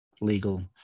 legal